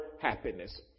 happiness